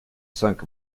sunk